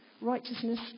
Righteousness